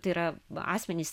tai yra asmenys